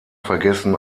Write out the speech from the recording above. vergessen